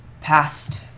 Past